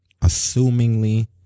assumingly